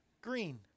Green